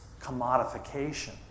commodification